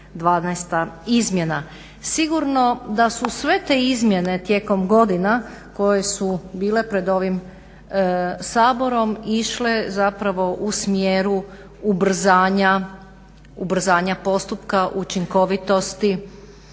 12. izmjena. Sigurno da su sve te izmjene tijekom godina koje su bile pred ovim Saborom išle zapravo u smjeru ubrzanja postupka, učinkovitosti